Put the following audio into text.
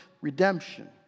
redemption